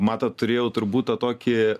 matot turėjau turbūt tą tokį